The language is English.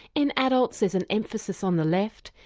in adults there's an emphasis on the left,